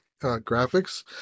graphics